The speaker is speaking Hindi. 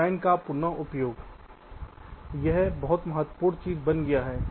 डिजाइन का पुन उपयोग एक बहुत महत्वपूर्ण चीज बन रहा है